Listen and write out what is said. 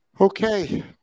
Okay